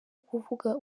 kuvuga